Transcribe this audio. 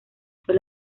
fue